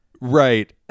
Right